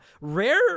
Rare